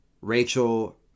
Rachel